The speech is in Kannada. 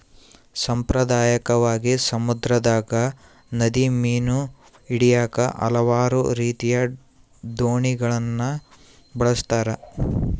ಸಾಂಪ್ರದಾಯಿಕವಾಗಿ, ಸಮುದ್ರದಗ, ನದಿಗ ಮೀನು ಹಿಡಿಯಾಕ ಹಲವಾರು ರೀತಿಯ ದೋಣಿಗಳನ್ನ ಬಳಸ್ತಾರ